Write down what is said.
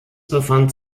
befand